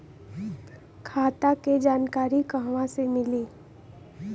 खाता के जानकारी कहवा से मिली?